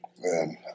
Man